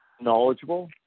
knowledgeable